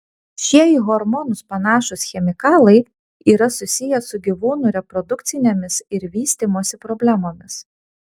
šie į hormonus panašūs chemikalai yra susiję su gyvūnų reprodukcinėmis ir vystymosi problemomis